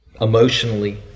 emotionally